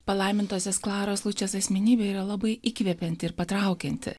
palaimintosios klaros lučės asmenybė yra labai įkvepianti ir patraukianti